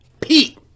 Pete